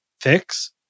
fix